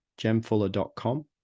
gemfuller.com